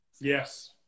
Yes